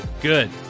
good